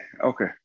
Okay